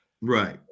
Right